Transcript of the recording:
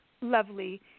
lovely